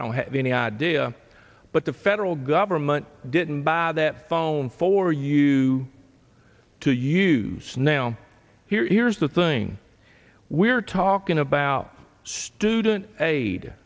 don't have any idea but the federal government didn't buy that phone for you to use now here's the thing we're talking about student aid